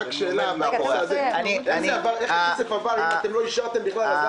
שאלה: איך הכסף עבר אם לא אישרתם בכלל?